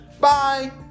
Bye